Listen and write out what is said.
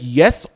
yes